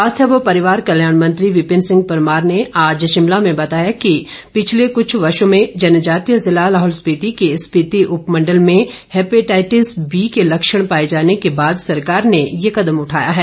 स्वास्थ्य व परिवार कल्याण मंत्री विपिन सिंह परमार ने आज शिमला में बताया कि पिछले कुछ वर्षो में जनजातीय ज़िला लाहौल स्पिति के स्पिति उपमंडल में हैपेटाइटिस बी के लक्षण पाए जाने के बाद सरकार ने ये कदम उठाया है